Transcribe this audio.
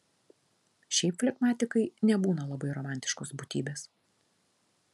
šiaip flegmatikai nebūna labai romantiškos būtybės